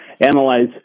analyze